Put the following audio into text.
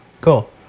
cool